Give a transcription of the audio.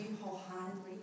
wholeheartedly